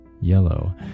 yellow